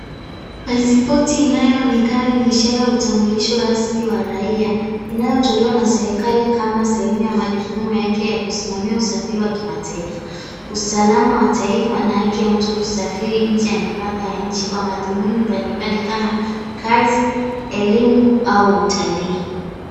Pasipoti inayoonekana ni ishara ya utambulisho rasmi wa raia inayotolewa na serikali kama sehemu ya majukumu yake ya kusimamia usafiri wa kimataifa, usalama wa taifa na haki ya mtu kusafiri kusafiri nje ya mipaka ya nchini kwa madhumuni mbalimbali kama kazi, elimu au utalii.